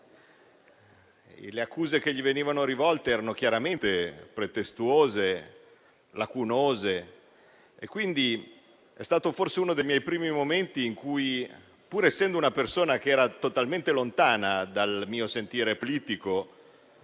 le accuse che gli venivano rivolte erano chiaramente pretestuose e lacunose. È stato forse uno dei primi momenti in cui, pur essendo egli una persona totalmente lontana dal mio sentire politico,